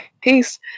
peace